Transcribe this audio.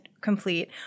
complete